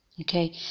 Okay